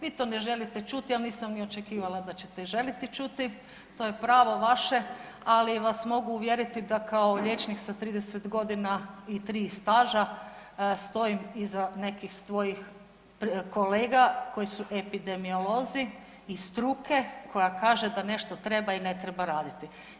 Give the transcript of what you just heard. Vi to ne želite čuti, ja nisam ni očekivala da ćete i želiti čuti, to je pravo vaše, ali vas mogu uvjeriti da kao liječnik sa 30 godina i 3 staža stojim iza nekih svojih kolega koji su epidemiolozi i struke koja kaže da nešto treba i ne treba raditi.